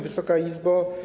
Wysoka Izbo!